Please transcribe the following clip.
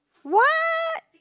what